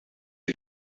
you